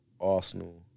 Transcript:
Arsenal